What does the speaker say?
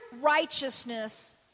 righteousness